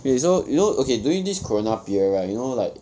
okay so you know okay during this corona period right you know like